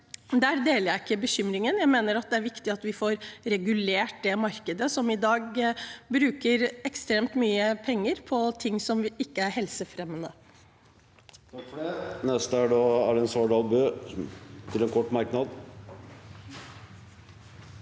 Der deler jeg ikke bekymringen. Jeg mener det er viktig at vi får regulert det markedet, som i dag bruker ekstremt mye penger på ting som ikke er helsefremmende.